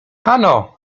ano